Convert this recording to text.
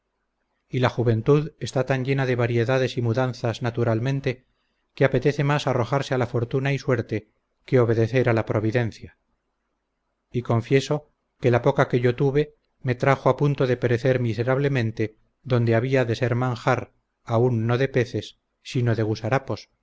y la juventud está tan llena de variedades y mudanzas naturalmente que apetece más arrojarse a la fortuna y suerte que obedecerá la providencia y confieso que la poca que yo tuve me trajo a punto de perecer miserablemente donde había de ser manjar aun no de peces sino de gusarapos si